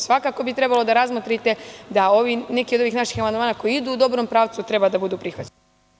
Svakako bi trebali da razmotrite da neki od naših amandmana koji idu u dobrom pravcu treba da budu prihvaćeni.